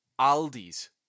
Aldi's